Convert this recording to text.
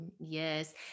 Yes